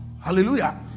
Hallelujah